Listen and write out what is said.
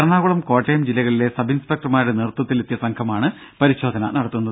എറണാകുളം കോട്ടയം ജില്ലകളിലെ സബ് ഇൻസ്പെക്ടർമാരുടെ നേതൃത്വത്തിലെത്തിയ സംഘമാണ് പരിശോധന നടത്തുന്നത്